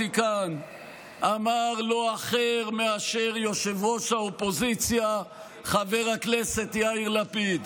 כאן אמר לא אחר מאשר ראש האופוזיציה חבר הכנסת יאיר לפיד,